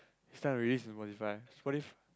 start release in Spotify Spotif~